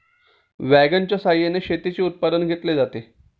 वॅगनच्या सहाय्याने शेतीचे उत्पादन घेतले जाते